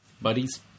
Buddies